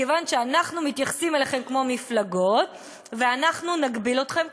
מכיוון שאנחנו מתייחסים אליכם כמו מפלגות ואנחנו נגביל אתכם.